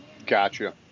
gotcha